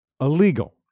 illegal